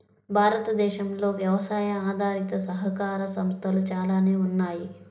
భారతదేశంలో వ్యవసాయ ఆధారిత సహకార సంస్థలు చాలానే ఉన్నాయి